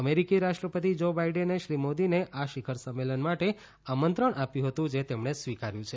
અમેરિકી રાષ્ટ્રપતિ જો બાઈડેને શ્રી મોદીને આ શિખર સંમેલન માટે આમંત્રણ આપ્યું હતું જે તેમણે સ્વીકાર્યું છે